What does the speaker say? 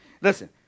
Listen